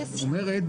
זאת אומרת,